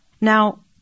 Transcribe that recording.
Now